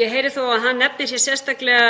Ég heyri þó að hann nefnir sérstaklega